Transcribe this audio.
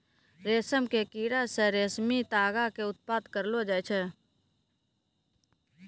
रेशम के कीड़ा से रेशमी तागा के उत्पादन करलो जाय छै